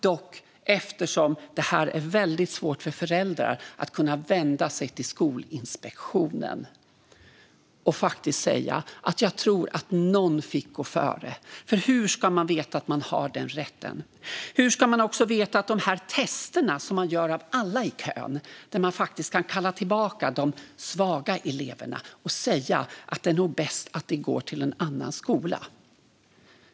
Det är dock väldigt svårt för föräldrar att kunna vända sig till Skolinspektionen och faktiskt säga: Jag tror att någon fick gå före. Hur ska man veta att man har den rätten? Hur ska man veta om de tester som man gör av alla i kön? Där kan man kalla tillbaka de svaga eleverna och säga: Det är nog bäst att ni går till en annan skola.